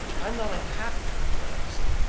i'm not unhappy with what i've seen.